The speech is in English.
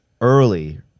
early